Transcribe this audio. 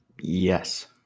Yes